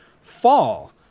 fall